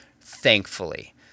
thankfully